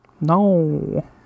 No